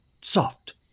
soft